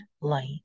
light